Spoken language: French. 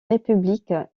république